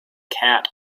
cat